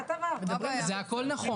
זה הכול נכון,